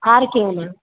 আর কেউ না